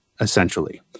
essentially